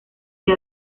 sea